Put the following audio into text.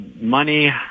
money